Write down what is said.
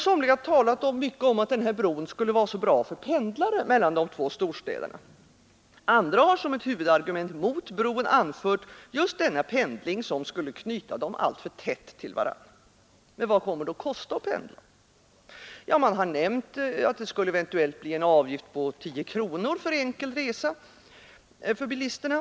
Somliga har talat mycket om att bron skulle vara så bra för pendlare mellan de två storstäderna. Andra har som ett huvudargument mot bron anfört just denna pendling, som skulle knyta städerna alltför tätt till varann. Men vad kommer det att kosta att pendla? Det har nämnts en avgift på 10 kronor enkel resa för bilisterna.